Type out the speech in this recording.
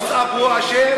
הווטסאפ הוא האשם?